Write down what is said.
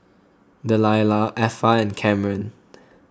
Delila Effa and Kamren